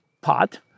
pot